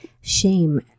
shame